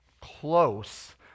close